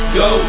go